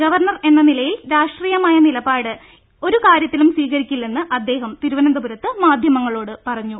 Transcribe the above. governor എന്ന നിലയിൽ രാഷ്ട്രീയമായ നിലപാട് ഒരു കാര്യത്തിലും സ്വീകരിക്കുന്നില്ലെന്ന് അദ്ദേഹം തിരുവനന്ത പുരത്ത് മാധ്യമങ്ങളോട് പറഞ്ഞു